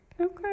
okay